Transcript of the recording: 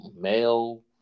male